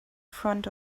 front